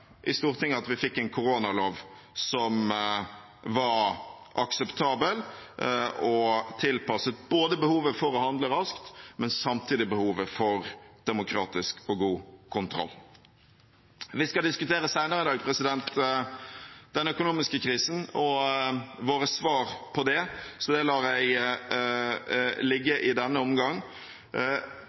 i Stortinget fikk en koronalov som var akseptabel og tilpasset både behovet for å handle raskt og – samtidig – behovet for demokratisk og god kontroll. Vi skal senere i dag diskutere den økonomiske krisen og våre svar på det, så det lar jeg ligge i denne omgang,